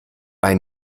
bei